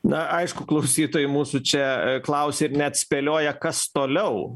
na aišku klausytojai mūsų čia klausia ir net spėlioja kas toliau